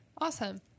Awesome